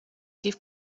give